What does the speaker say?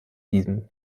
diesem